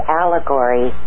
allegory